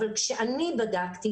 אבל כשאני בדקתי,